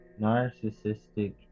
narcissistic